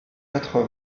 quatre